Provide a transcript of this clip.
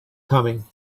coming